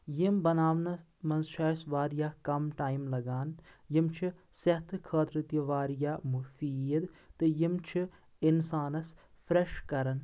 یِم بناونَس منٛز چھِ اَسہِ واریاہ کَم ٹایِم لَگان یِم چھِ صحتہٕ خٲطرٕ تِہ واریاہ مُفیٖد تہٕ یِم چھِ اِنسانَس فریٚش کَران